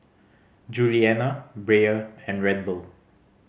Julianna Brea and Randle